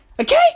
Okay